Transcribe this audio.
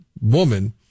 woman